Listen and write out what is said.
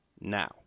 now